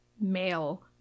male